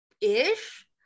ish